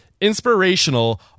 inspirational